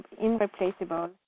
irreplaceable